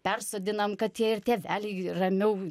persodinam kad tie ir tėveliai ramiau